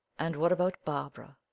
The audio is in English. and what about barbara?